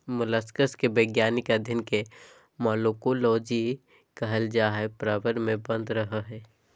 mollusc के वैज्ञानिक अध्यन के मालाकोलोजी कहल जा हई, प्रवर में बंद रहअ हई